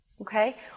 okay